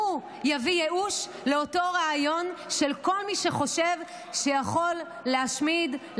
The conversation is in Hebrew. היא תביא ייאוש לאותו רעיון של כל מי שחושב שיכול להשמיד,